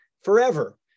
forever